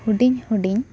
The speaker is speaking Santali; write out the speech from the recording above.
ᱦᱩᱰᱤᱧ ᱦᱩᱰᱤᱧ